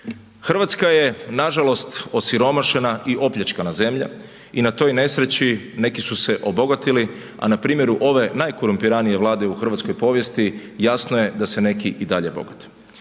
Hrvatska je nažalost osiromašena i opljačkana zemlja i na toj nesreći neki su se obogatili a na primjeru ove najkorumpiranije Vlade u hrvatskoj povijesti, jasno je da se neki i dalje bogate.